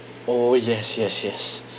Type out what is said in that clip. oh yes yes yes